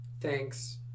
thanks